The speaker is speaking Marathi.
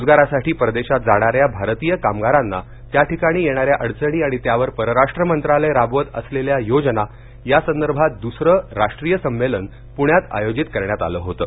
रोजगारासाठी परदेशात जाणाऱ्या भारतीय कामगारांना त्याठिकाणी येणाऱ्या अडचणी आणि त्यावर परराष्ट मंत्रालय राबवत असलेल्या योजना या संदर्भात दुसरं राष्ट्रीय संमेलन प्रण्यात आयोजित करण्यात आलं होतं